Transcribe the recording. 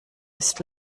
ist